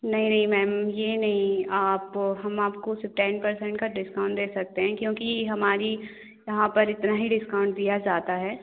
नहीं नहीं मैम ये नहीं आप हम आपको सिर्फ टेन पर्सेंट का डिस्काउंट दे सकते हैं क्योंकि हमारी यहाँ पर इतना ही डिस्काउंट दिया जाता है